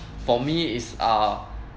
for me is uh